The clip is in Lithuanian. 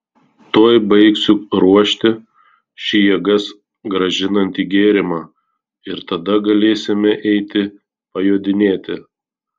tuoj baigsiu ruošti šį jėgas grąžinantį gėrimą ir tada galėsime eiti pajodinėti